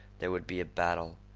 there would be a battle,